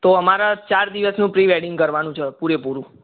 તો અમારે ચાર દિવસનું પ્રી વેડિંગ કરવાનું છે પૂરેપૂરું